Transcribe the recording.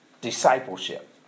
discipleship